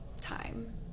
time